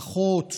שמחות,